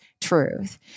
truth